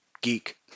geek